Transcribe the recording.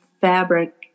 fabric